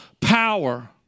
power